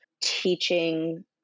teaching